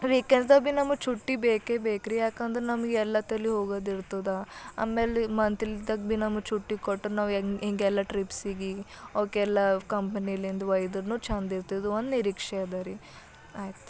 ವೀಕೆಂಡ್ಸ್ದಾಗ್ ಬಿ ನಮಗೆ ಚುಟ್ಟಿ ಬೇಕೆ ಬೇಕು ರೀ ಯಾಕಂದ್ರೆ ನಮಗೆ ಎಲ್ಲತ್ತಲಿ ಹೋಗೋದಿರ್ತದ ಆಮೇಲೆ ಮಂತ್ಲಿದಾಗ ಬಿ ನಮಗೆ ಚುಟ್ಟಿ ಕೊಟ್ರೆ ನಾವು ಹೆಂಗ್ ಹಿಂಗೆಲ್ಲ ಟ್ರಿಪ್ಸಿಗಿ ಅವ್ಕೆಲ್ಲ ಕಂಪ್ನಿಲಿಂದ ವೈದ್ರುನು ಛಂದ್ ಇರ್ತದ ಒಂದು ನಿರೀಕ್ಷೆ ಅದ ರೀ ಆಯ್ತು